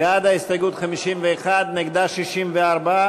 קבוצת סיעת המחנה הציוני,